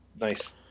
Nice